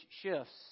shifts